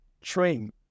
train